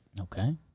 Okay